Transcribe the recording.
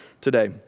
today